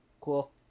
cool